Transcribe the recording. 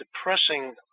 depressing